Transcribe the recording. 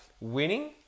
winning